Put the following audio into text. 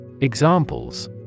Examples